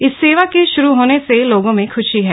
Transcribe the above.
इस सेवा के श्रू होने से लोगों में ख्शी है